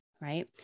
Right